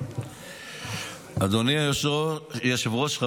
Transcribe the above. אדוני היושב-ראש,